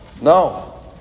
no